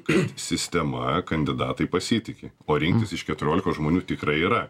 kad sistema kandidatai pasitiki o rinktis iš keturiolikos žmonių tikrai yra